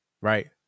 Right